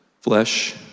Flesh